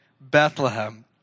Bethlehem